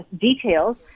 details